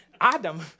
Adam